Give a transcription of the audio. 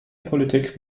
politik